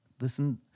listen